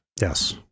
Yes